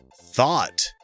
thought